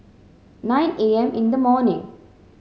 nine A M in the morning